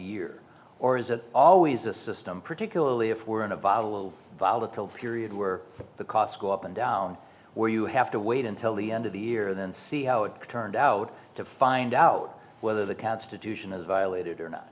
year or is it always a system particularly if we're in a volatile volatile period where the costs go up and down where you have to wait until the end of the year and then see how it turned out to find out whether the constitution is violated or not